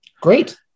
Great